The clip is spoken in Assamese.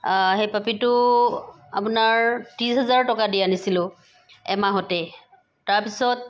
সেই পাপিটো আপোনাৰ ত্ৰিছ হাজাৰ টকা দি আনিছিলোঁ এমাহতে তাৰ পিছত